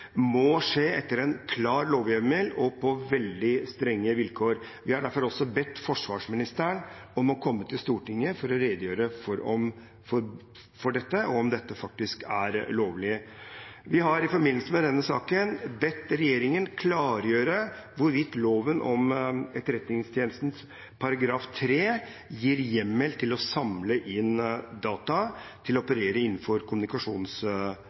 må skje etter en klar lovhjemmel og på veldig strenge vilkår. Vi har derfor også bedt forsvarsministeren om å komme til Stortinget for å redegjøre for dette, og om dette faktisk er lovlig. Vi har i forbindelse med denne saken bedt regjeringen klargjøre hvorvidt etterretningstjenesteloven § 3 gir hjemmel til å samle inn data, til å operere innenfor